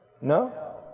No